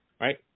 right